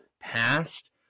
past